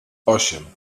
osiem